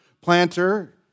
planter